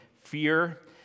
fear